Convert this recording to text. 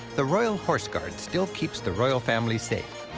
the royal horse guard still keeps the royal family safe.